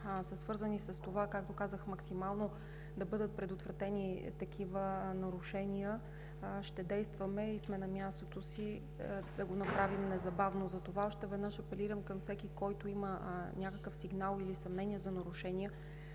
са свързани с това, както казах, максимално да бъдат предотвратени такива нарушения, ще действаме и сме на мястото си да го направим незабавно. Затова още веднъж апелирам към всеки, който има някакъв сигнал или съмнение за нарушения,